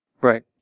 Right